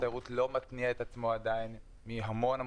בתיירות נכנסת.